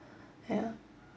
ya